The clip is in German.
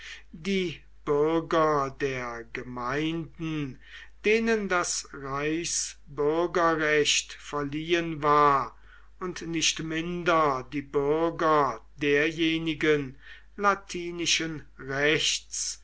die bürger der gemeinden denen das reichsbürgerrecht verliehen war und nicht minder die bürger derjenigen latinischen rechts